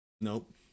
Nope